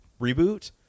reboot